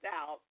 out